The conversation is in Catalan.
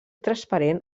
transparent